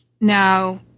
Now